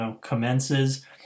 commences